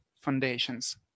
foundations